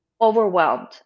overwhelmed